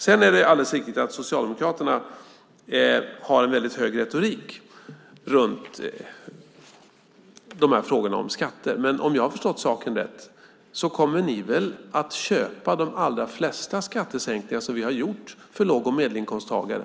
Det är alldeles riktigt att Socialdemokraterna har en hög retorik vad gäller frågan om skatter, men om jag förstått saken rätt kommer ni, Monica Green, att köpa de allra flesta skattesänkningar som vi gjort för låg och medelinkomsttagare.